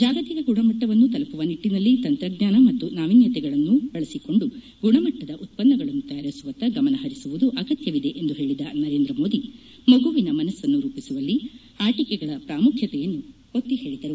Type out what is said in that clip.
ಜಾಗತಿಕ ಗುಣಮಟ್ಟವನ್ನು ತಲುಪುವ ನಿಟ್ಟಿನಲ್ಲಿ ತಂತ್ರಜ್ಞಾನ ಮತ್ತು ನಾವಿನ್ನತೆಗಳನ್ನು ಬಳಸಿಕೊಂಡು ಗುಣಮಟ್ಟದ ಉತ್ಸನ್ನಗಳನ್ನು ತಯಾರಿಸುವತ್ತ ಗಮನ ಹರಿಸುವುದು ಅಗತ್ಯವಿದೆ ಎಂದು ಹೇಳಿದ ನರೇಂದ್ರ ಮೋದಿ ಮಗುವಿನ ಮನಸ್ಪನ್ನು ರೂಪಿಸುವಲ್ಲಿ ಆಟಿಕೆಗಳ ಪ್ರಾಮುಖ್ಯತೆಯನ್ನು ಒತ್ತಿ ಹೇಳಿದ್ದಾರೆ